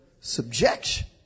subjection